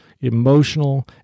emotional